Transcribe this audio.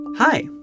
Hi